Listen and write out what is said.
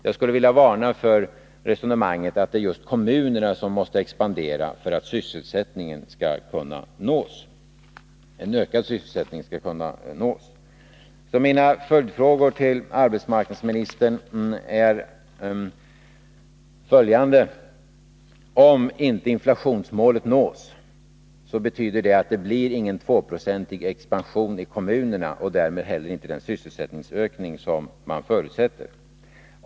Jag skulle vilja varna för resonemanget att det är just kommunerna som måste expandera för att en ökad sysselsättning skall kunna uppnås. Mina följdfrågor till arbetsmarknadsministern är följande. Om inte inflationsmålet uppnås, betyder det att det inte blir någon 2-procentig expansion i kommunerna och därmed inte heller den sysselsättningsökning som man förutsätter.